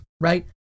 right